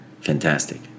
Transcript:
fantastic